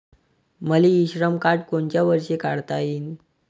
मले इ श्रम कार्ड कोनच्या वर्षी काढता येईन?